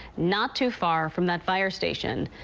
not too far from that fire station.